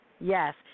Yes